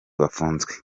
bafunzwe